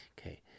Okay